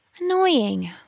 Annoying